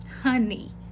Honey